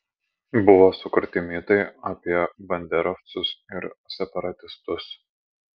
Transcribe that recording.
buvo sukurti mitai apie banderovcus ir separatistus